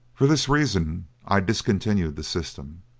for this reason i discontinued the system.